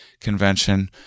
convention